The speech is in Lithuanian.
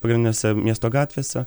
pagrindinėse miesto gatvėse